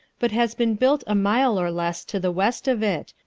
but has been built a mile or less to the west of it,